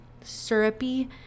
syrupy